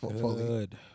Good